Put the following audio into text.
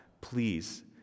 please